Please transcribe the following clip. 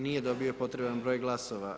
Nije dobio potreban broj glasova.